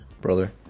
brother